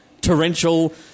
Torrential